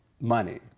money